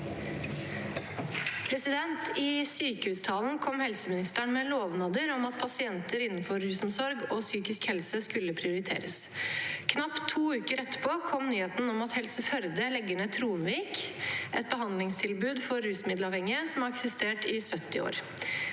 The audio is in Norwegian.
«I sykehustalen kom helseministeren med lovnader om at pasienter innenfor rusomsorg og psykisk helse skulle prioriteres. Knapt to uker etterpå kom nyheten om at Helse Førde legger ned Tronvik, et behandlingstilbud for rusmiddelavhengige som har eksistert i 70 år.